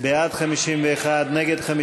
לשנת הכספים 2017,